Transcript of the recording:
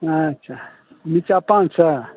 अच्छा नीचाँ पॉँच सए